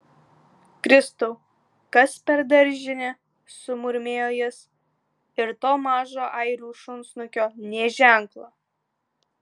kristau kas per daržinė sumurmėjo jis ir to mažo airių šunsnukio nė ženklo